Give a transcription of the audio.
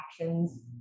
actions